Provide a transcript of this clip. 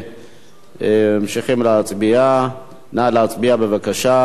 אדוני היושב-ראש, האם להצביע בקריאה שלישית?